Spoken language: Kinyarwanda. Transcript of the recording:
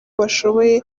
bashoboye